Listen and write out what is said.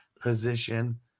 position